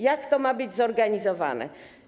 Jak to ma być zorganizowane?